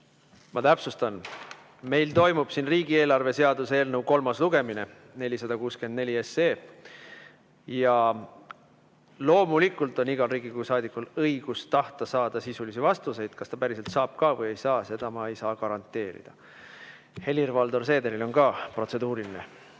Ma täpsustan, et meil toimub siin riigieelarve seaduse eelnõu kolmas lugemine, 464 SE. Loomulikult on igal Riigikogu saadikul õigus tahta saada sisulisi vastuseid. Kas ta päriselt saab või ei saa, seda ma ei saa garanteerida. Helir-Valdor Seederil on ka protseduuriline.